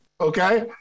Okay